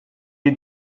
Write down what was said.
est